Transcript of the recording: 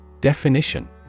Definition